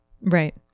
Right